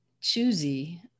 choosy